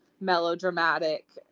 melodramatic